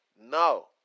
No